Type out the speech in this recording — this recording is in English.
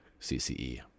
CCE